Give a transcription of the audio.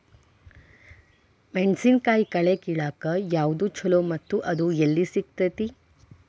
ಮೆಣಸಿನಕಾಯಿ ಕಳೆ ಕಿಳಾಕ್ ಯಾವ್ದು ಛಲೋ ಮತ್ತು ಅದು ಎಲ್ಲಿ ಸಿಗತೇತಿ?